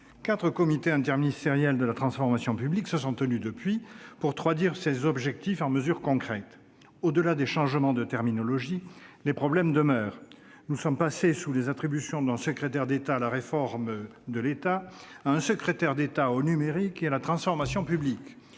Quatre comités interministériels de la transformation publique se sont tenus depuis pour traduire ces objectifs en mesures concrètes. Au-delà des changements de terminologie, les problèmes demeurent : nous sommes passés d'un secrétaire d'État à la réforme de l'État à un secrétaire d'État au numérique et à la transformation publique,